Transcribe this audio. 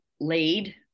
laid